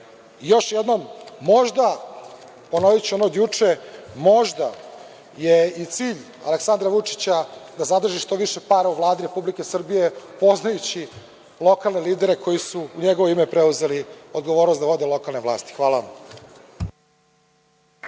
jednom, možda, ponoviću ono od juče, je i cilj Aleksandra Vučića da zadrži što više para u Vladi Republike Srbije, poznajući lokalne lidere koji su u njegovo ime preuzeli odgovornost da vode lokalnu vlast. Hvala vam.